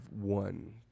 one